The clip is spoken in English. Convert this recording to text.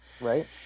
Right